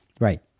Right